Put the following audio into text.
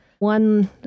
One